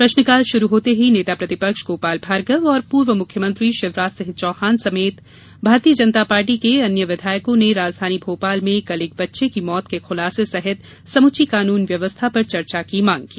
प्रश्नकाल शुरु होते ही नेता प्रतिपक्ष गोपाल भार्गव और पूर्व मुख्यमंत्री शिवराज सिंह चौहान समेत भारतीय जनता पार्टी के अन्य विधायकों ने राजधानी भोपाल में कल एक बच्चे की मौत के खुलासे सहित समूची कानून व्यवस्था पर चर्चा की मांग की